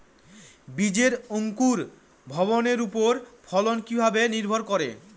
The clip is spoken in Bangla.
বীজের অঙ্কুর ভবনের ওপর ফলন কিভাবে নির্ভর করে?